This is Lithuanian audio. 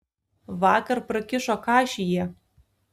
vakar prakišo kašį jie